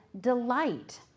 delight